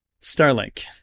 Starlink